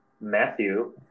matthew